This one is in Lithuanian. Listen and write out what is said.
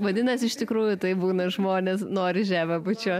vadinas iš tikrųjų taip būna žmonės nori žemę bučiuot